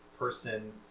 person